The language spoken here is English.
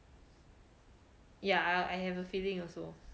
ya I I have a feeling also